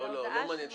מעניין אותי.